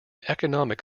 economic